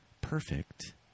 perfect